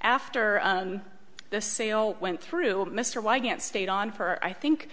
after the sale went through mr wygant stayed on for i think